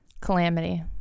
Calamity